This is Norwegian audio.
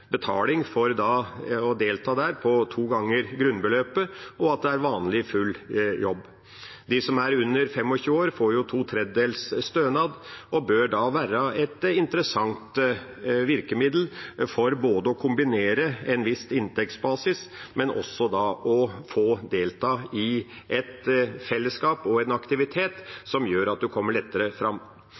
betaling for å delta, på to ganger grunnbeløpet, og at det er vanlig, full jobb. De som er under 25 år, får to tredjedels stønad. Det bør være et interessant virkemiddel både for å kombinere en viss inntektsbasis og for å delta i et fellesskap og en aktivitet som gjør at en kommer lettere fram.